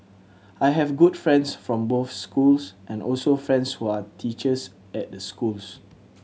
I have good friends from both schools and also friends who are teachers at the schools